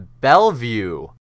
Bellevue